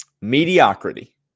mediocrity